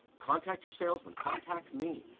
contact your salesman, contact me.